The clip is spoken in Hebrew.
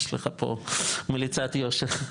יש לך פה מליצת יושר.